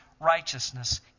righteousness